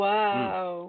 Wow